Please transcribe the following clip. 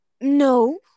no